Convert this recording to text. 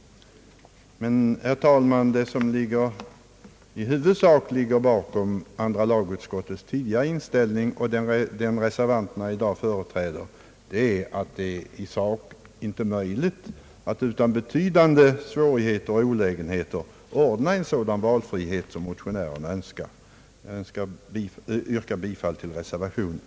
Herr talman! Det som i huvudsak ligger bakom andra lagutskottets tidigare inställning och den mening reservanterna i dag företräder är att det i sak inte är möjligt att utan betydande svårigheter och olägenheter ordna en sådan valfrihet som motionärerna önskar. Jag yrkar bifall till reservationen.